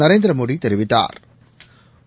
நரேந்திரமோடி தெரிவித்தாா்